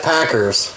Packers